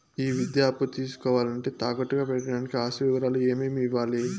ఈ విద్యా అప్పు తీసుకోవాలంటే తాకట్టు గా పెట్టడానికి ఆస్తి వివరాలు ఏమేమి ఇవ్వాలి?